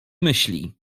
myśli